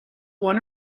one